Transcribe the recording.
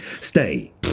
Stay